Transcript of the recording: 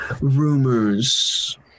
rumors